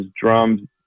drums